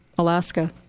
Alaska